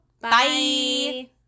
Bye